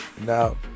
Now